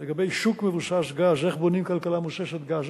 לגבי שוק מבוסס-גז, איך בונים כלכלה מבוססת-גז?